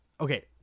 okay